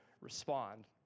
respond